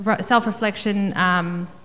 self-reflection